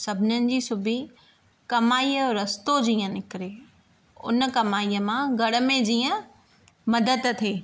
सभिनीनि जी सिबी कमाईअ जो रस्तो जीअं निकिरे उन कमाईअ मां घर में जीअं मदद थिए